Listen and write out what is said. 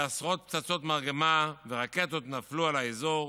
ועשרות פצצות מרגמה ורקטות נפלו על האזור,